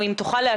קל מאוד,